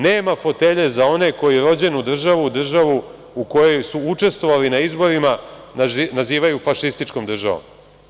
Nema fotelje za one koji rođenu državu, državu u kojoj su učestvovali na izborima, nazivaju fašističkom državom.